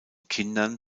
kindern